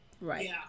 Right